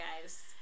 guys